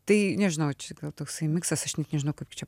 tai nežinau čia gal toksai miksas aš net nežinau kaip čia